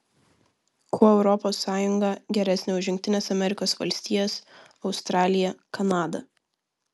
kuo europos sąjunga geresnė už jungtines amerikos valstijas australiją kanadą